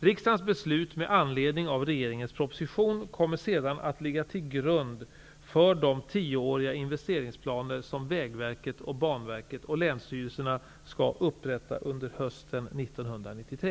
Riksdagens beslut med anledning av regeringens proposition kommer sedan att ligga till grund för de tioåriga investeringsplaner som Vägverket, Banverket och länsstyrelserna skall upprätta under hösten 1993.